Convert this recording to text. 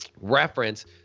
reference